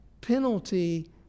penalty